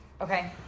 Okay